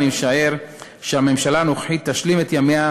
אני משער שהממשלה הנוכחית תשלים את ימיה,